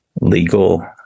legal